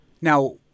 Now